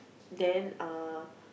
then uh